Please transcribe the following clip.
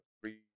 three